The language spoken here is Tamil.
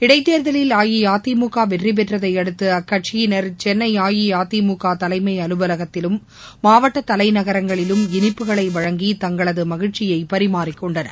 இடைத்தேர்தலில் அஇஅதிமுக வெற்றிபெற்றதையடுத்து அக்கட்சியினர் சென்னை அஇஅதிமுக தலைமை அலுவலகத்திலும் மாவட்ட தலைநகரங்களிலும் இளிப்புகளை வழங்கி தங்களது மகிழ்ச்சியை பரிமாறிக்கொண்டனர்